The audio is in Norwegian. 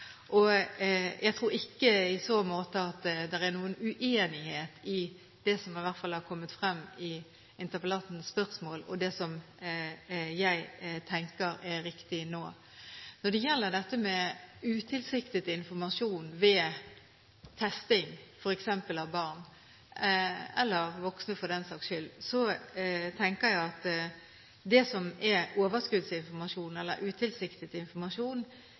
i så måte, i hvert fall ikke om det som har kommet frem i interpellantens spørsmål, og det som jeg tenker er riktig nå. Når det gjelder utilsiktet informasjon ved testing, f.eks. av barn – eller voksne for den saks skyld – tenker jeg at det som er overskuddsinformasjon eller utilsiktet informasjon,